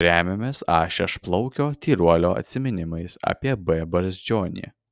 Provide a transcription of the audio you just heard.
remiamės a šešplaukio tyruolio atsiminimais apie b brazdžionį